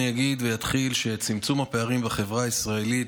אני אתחיל ואגיד שצמצום הפערים בחברה הישראלית